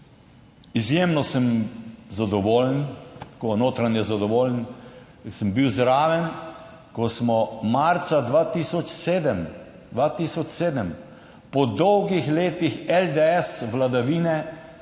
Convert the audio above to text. Izjemno sem zadovoljen, notranje zadovoljen, da sem bil zraven, ko smo marca 2007 po dolgih letih vladavine LDS mi,